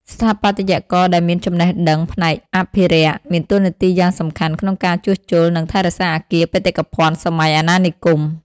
ស្ថាបត្យករដែលមានចំណេះដឹងផ្នែកអភិរក្ស មានតួនាទីយ៉ាងសំខាន់ក្នុងការជួសជុល និងថែរក្សាអគារបេតិកភណ្ឌសម័យអាណានិគម។